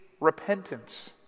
repentance